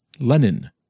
Lenin